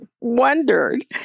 wondered